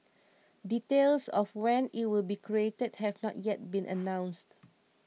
details of when it will be created have not yet been announced